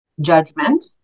judgment